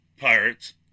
pirates